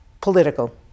political